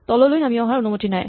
তললৈ নামি অহাৰ অনুমতি নাই